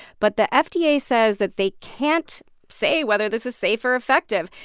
but the ah fda yeah says that they can't say whether this is safe or effective.